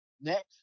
next